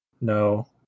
no